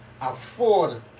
afford